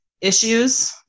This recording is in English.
issues